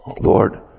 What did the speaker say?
Lord